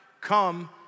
come